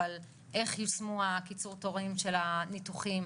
אבל איך יושמו קיצור התורים של הניתוחים,